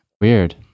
Weird